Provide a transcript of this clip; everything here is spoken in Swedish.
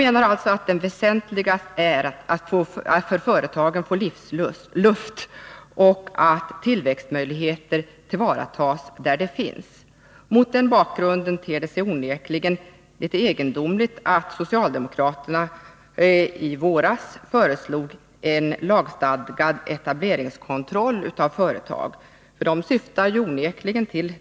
Det väsentliga är att företagen får livsluft och att tillväxtmöjligheterna tillvaratas där de finns. Mot den bakgrunden ter det sig onekligen egendomligt att socialdemokraterna i våras föreslog en lagstadgad etableringskontroll för företag.